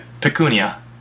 pecunia